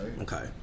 Okay